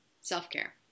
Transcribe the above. self-care